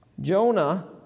Jonah